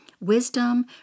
Wisdom